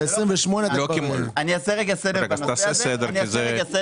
תעשה סדר.